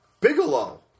Bigelow